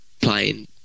playing